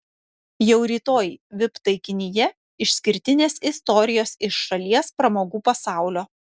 jau rytoj vip taikinyje išskirtinės istorijos iš šalies pramogų pasaulio